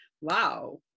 Wow